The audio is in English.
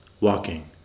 walking